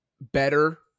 better